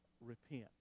repent